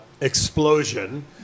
explosion